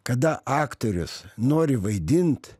kada aktorius nori vaidint